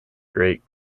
great